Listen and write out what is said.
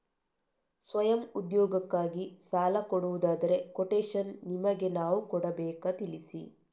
ಸ್ವಯಂ ಉದ್ಯೋಗಕ್ಕಾಗಿ ಸಾಲ ಕೊಡುವುದಾದರೆ ಕೊಟೇಶನ್ ನಿಮಗೆ ನಾವು ಕೊಡಬೇಕಾ ತಿಳಿಸಿ?